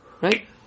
Right